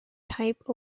type